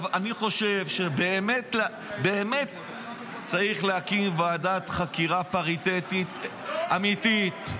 אני חושב שבאמת צריך להקים ועדת חקירה פריטטית אמיתית.